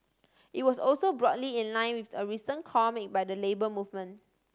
it was also broadly in line with a recent call made by the Labour Movement